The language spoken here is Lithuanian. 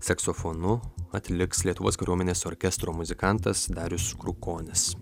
saksofonu atliks lietuvos kariuomenės orkestro muzikantas darius krukonis